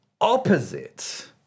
opposite